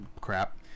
crap